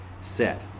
set